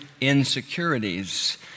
insecurities